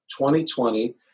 2020